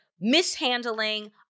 mishandling